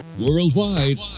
Worldwide